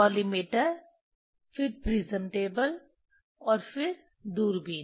collimator फिर prism table और फिर दूरबीन